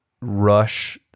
rush